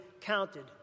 counted